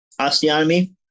osteotomy